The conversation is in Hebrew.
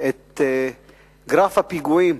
את גרף הפיגועים,